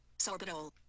sorbitol